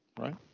right